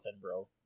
bro